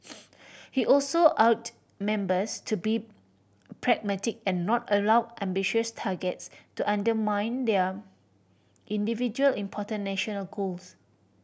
he also urged members to be pragmatic and not allow ambitious targets to undermine their individual important national goals